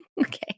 okay